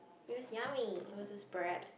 it was yummy you know what just spread